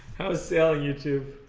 is sailing youtube